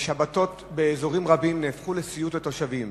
ששבתות באזורים רבים הפכו לסיוט לתושבים.